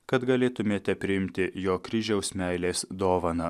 kad galėtumėte priimti jo kryžiaus meilės dovaną